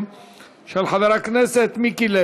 האחרות, נפל